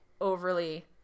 overly